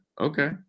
okay